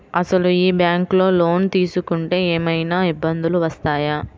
అసలు ఈ బ్యాంక్లో లోన్ తీసుకుంటే ఏమయినా ఇబ్బందులు వస్తాయా?